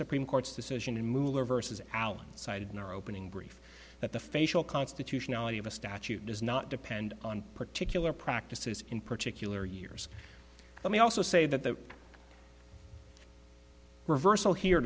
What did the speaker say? supreme court's decision in moolah vs alan cited in our opening brief that the facial constitutionality of a statute does not depend on a particular practices in particular years let me also say that the reversal here